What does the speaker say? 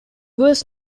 was